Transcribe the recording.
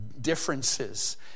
differences